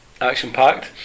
action-packed